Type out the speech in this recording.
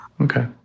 okay